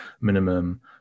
minimum